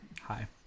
Hi